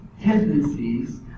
tendencies